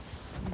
ya